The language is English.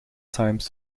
times